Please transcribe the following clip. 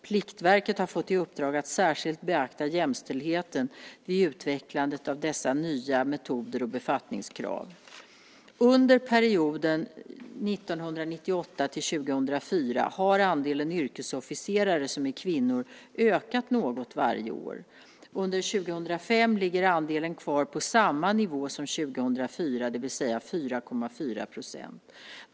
Pliktverket har fått i uppdrag att särskilt beakta jämställdheten vid utvecklandet av dessa nya metoder och befattningskrav. Under perioden 1998-2004 har andelen yrkesofficerare som är kvinnor ökat något varje år. Under 2005 ligger andelen kvar på samma nivå som 2004, det vill säga 4,4 %.